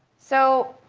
so